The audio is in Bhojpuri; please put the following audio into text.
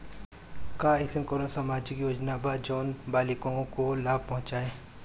का अइसन कोनो सामाजिक योजना बा जोन बालिकाओं को लाभ पहुँचाए?